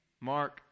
Mark